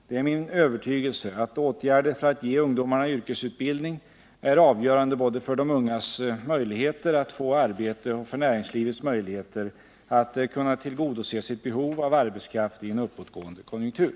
Det är min övertygelse att åtgärder för att ge ungdomarna yrkesutbildning är avgörande både för de ungas möjligheter att få arbete och för näringslivets möjligheter att kunna tillgodose sitt behov av arbetskraft i en uppåtgående konjunktur.